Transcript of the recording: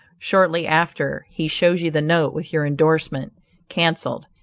shortly after, he shows you the note with your endorsement canceled,